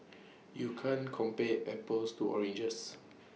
you can't compare apples to oranges